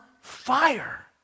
fire